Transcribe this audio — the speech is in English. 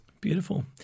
Beautiful